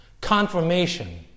Confirmation